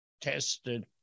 tested